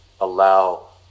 allow